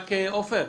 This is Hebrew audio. עפר,